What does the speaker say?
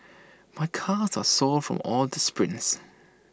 my calves are sore from all the sprints